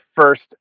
first